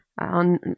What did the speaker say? on